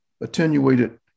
attenuated